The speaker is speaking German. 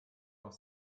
noch